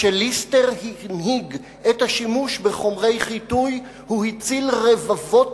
כשליסטר הנהיג את השימוש בחומרי חיטוי הוא הציל רבבות